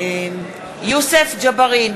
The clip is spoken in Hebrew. בהצבעה יוסף ג'בארין,